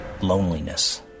loneliness